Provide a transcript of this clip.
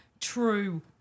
true